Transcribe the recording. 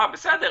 אה, בסדר.